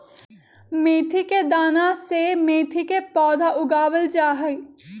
मेथी के दाना से मेथी के पौधा उगावल जाहई